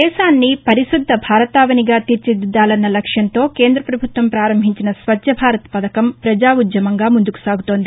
దేశాన్ని పరిశుద్ద భారతావనిగా తీర్చిదిద్దాలన్న లక్ష్యంతో కేంద్ర ప్రభుత్వం ప్రారంభించిన స్వచ్చ భారత్ పథకం ప్రజా ఉద్యమంగా ముందుగా సాగుతోంది